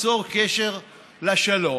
ייצור קשר לשלום,